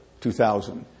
2000